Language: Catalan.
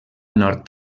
nord